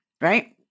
Right